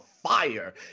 fire